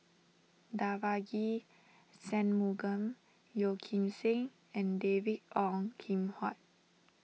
Devagi Sanmugam Yeo Kim Seng and David Ong Kim Huat